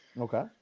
Okay